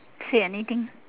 say anything